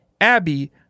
Abby